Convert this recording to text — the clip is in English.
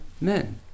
men